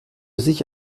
sich